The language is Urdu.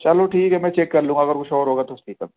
چلو ٹھیک ہے میں چیک کر لوں گا اگر کچھ اور ہوگا تو صحیح کر